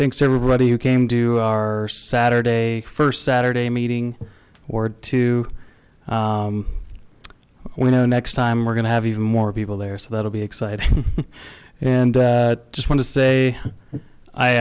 thinks everybody who came do our saturday first saturday meeting or two we know next time we're going to have even more people there so that'll be excited and just want to say